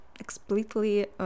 Explicitly